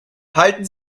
halten